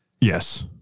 Yes